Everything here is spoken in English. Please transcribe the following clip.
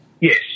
Yes